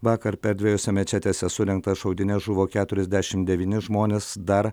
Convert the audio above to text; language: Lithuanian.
vakar dviejose mečetėse surengtas šaudynes žuvo keturiasdešim devyni žmonės dar